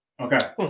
Okay